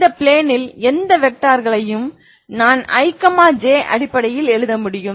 இந்த பிலேன் ல் எந்த வெக்டர்களையும் நான் i j அடிப்படையில் எழுத முடியும்